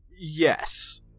yes